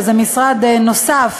שזה משרד נוסף